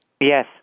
Yes